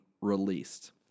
released